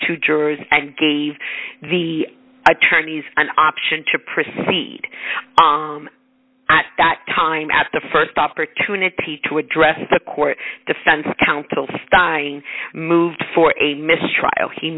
two jurors and gave the attorneys an option to proceed at that time at the st opportunity to address the court defense counsel stying move for a mistrial he